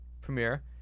premiere